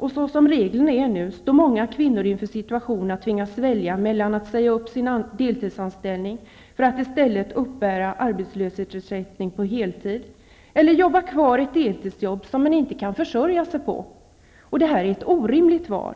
I regel står i dag många kvinnor inför situationen att tvingas välja mellan att säga upp sin deltidsanställning, för att på det sättet kunna uppbära arbetslöshetsersättning för en heltidstjänst, eller att jobba kvar i ett deltidsjobb som de inte kan försörja sig på. Detta är ett orimligt val.